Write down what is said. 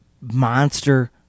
monster